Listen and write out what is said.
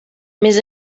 més